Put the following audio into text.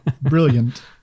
Brilliant